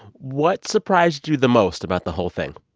what surprised you the most about the whole thing?